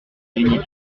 exemple